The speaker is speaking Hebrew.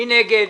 מי נגד?